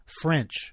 French